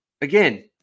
again –